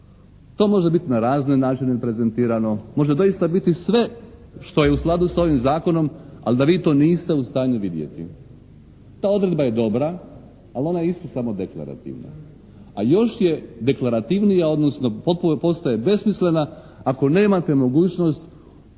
To može biti na razne načine prezentirano, može doista biti sve što je u skladu sa ovim zakonom ali da vi to niste u stanju vidjeti. Ta odredba je dobra ali ona je isto samo deklarativna, a još je deklarativna odnosno postaje besmislena ako nemate mogućnost